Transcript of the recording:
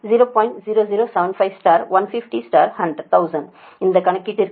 0075 150 1000 இது கணக்கீட்டிற்குப் பிறகு 1